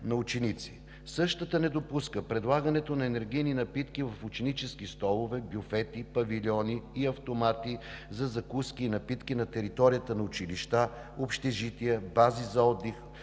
на учениците. Същата не допуска предлагането на енергийни напитки в ученически столове, бюфети, павилиони и автомати за закуски и напитки на територията на училища, общежития, бази за отдих